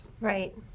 right